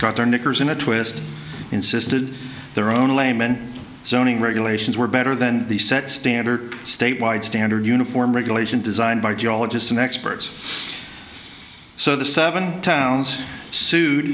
got their knickers in a twist insisted their own layman zoning regulations were better than the set standard statewide standard uniform regulation designed by geologists and experts so the seven towns sued